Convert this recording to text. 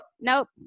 nope